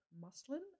muslin